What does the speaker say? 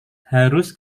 harus